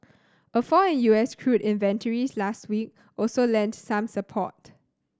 a fall in U S crude inventories last week also lent some support